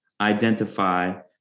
identify